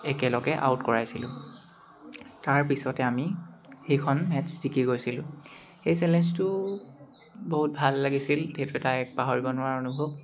একেলগে আউট কৰাইছিলোঁ তাৰপিছতে আমি সেইখন মেটচ্ জিকি গৈছিলোঁ সেই চেলেঞ্জটো বহুত ভাল লাগিছিল সেইটো এটা এক পাহৰিব নোৱাৰা অনুভৱ